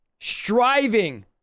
striving